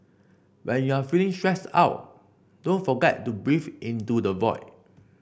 when you are feeling stressed out don't forget to breathe into the void